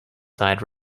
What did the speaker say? side